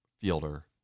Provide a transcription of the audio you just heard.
fielder